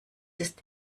ist